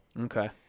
Okay